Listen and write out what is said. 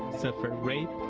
suffer rape,